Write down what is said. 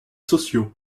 sociaux